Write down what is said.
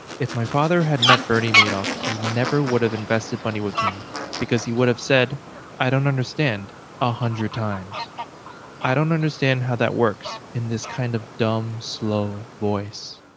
if my father had met bernie madoff he never would have invested money with him because he would have said i don't understand a hundred times i don't understand how that works in this kind of dumb slow voice.